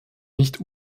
nicht